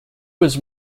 was